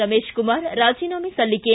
ರಮೇಶ್ ಕುಮಾರ್ ರಾಜೀನಾಮೆ ಸಲ್ಲಿಕೆ